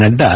Nadda